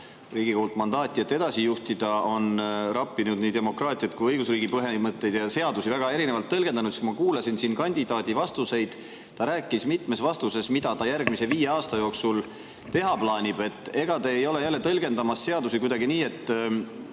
Riigikogult mandaati, et edasi juhtida, on rappinud nii demokraatiat kui ka õigusriigi põhimõtteid ja on seadusi väga erinevalt tõlgendanud. Ma kuulasin kandidaadi vastuseid. Ta rääkis mitmes vastuses, mida ta järgmise viie aasta jooksul teha plaanib. Ega te ei ole jälle tõlgendamas seadusi kuidagi nii, et